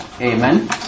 Amen